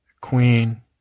Queen